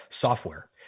software